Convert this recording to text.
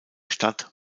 stadt